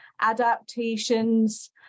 adaptations